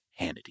hannity